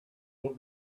will